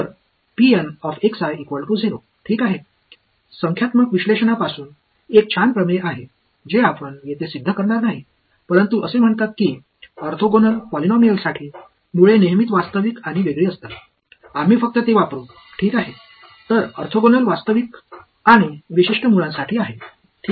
செயல்பாடு 0 க்கு செல்லும் இடங்களை வேர்கள் என்று சொல்கிறேன் ஆகையால் எண் பகுப்பாய்விலிருந்து ஒரு நல்ல தேற்றம் உள்ளது அதை நாம் இங்கு நிரூபிக்க மாட்டோம் ஆனால் ஆர்த்தோகனல் பாலினாமியல்களுக்கு வேர்கள் எப்போதும் உண்மையானவை மற்றும் தனித்துவமானவை என்று கூறுகிறது நாம் அதை சரியாகப் பயன்படுத்துவோம் எனவே ஆர்த்தோகனல் உண்மையான மற்றும் தனித்துவமான வேர்களுக்கு